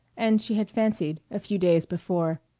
and she had fancied, a few days before,